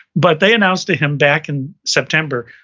but they announced to him back in september,